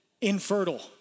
infertile